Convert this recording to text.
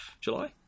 July